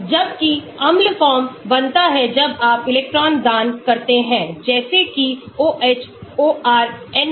जबकि अम्ल फॉर्म बनता है जब आप इलेक्ट्रान दानकरते हैं जैसे कि OH OR NHCOCH3 और आदि